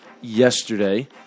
yesterday